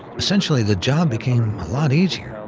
essentially, the job became a lot easier, um